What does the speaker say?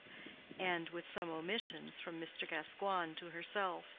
and, with some omissions, from mr. gascoigne to herself.